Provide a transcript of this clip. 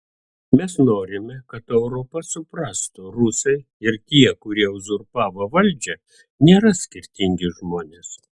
mes norime kad europa suprastų rusai ir tie kurie uzurpavo valdžią nėra skirtingi žmonės